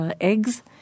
eggs